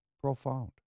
profound